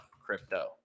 crypto